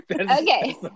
Okay